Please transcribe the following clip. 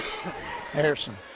Harrison